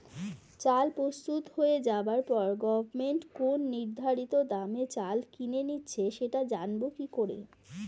চাল প্রস্তুত হয়ে যাবার পরে গভমেন্ট কোন নির্ধারিত দামে চাল কিনে নিচ্ছে সেটা জানবো কি করে?